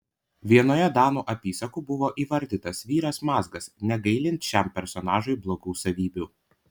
vienoje danų apysakų buvo įvardytas vyras mazgas negailint šiam personažui blogų savybių